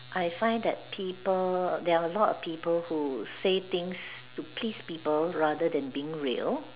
I find that people there are a lot of people who say things to please people rather than being real